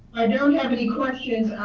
i don't have any questions,